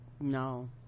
no